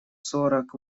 сорок